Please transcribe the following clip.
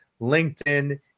LinkedIn